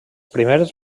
primeres